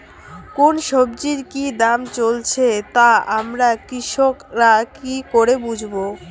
কোন সব্জির কি দাম চলছে তা আমরা কৃষক রা কি করে বুঝবো?